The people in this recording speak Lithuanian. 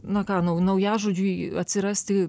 na ką nau naujažodžiui atsirasti